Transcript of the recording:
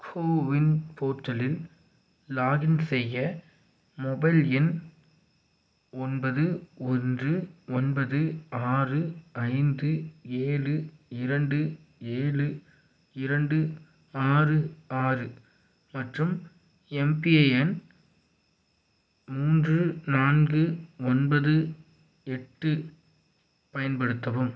CoWIN போர்ட்டலில் login செய்ய mobile எண் ஒன்பது ஒன்று ஒன்பது ஆறு ஐந்து ஏழு இரண்டு ஏழு இரண்டு ஆறு ஆறு மற்றும் எம்பிஐஎன் மூன்று நான்கு ஒன்பது எட்டு பயன்படுத்தவும்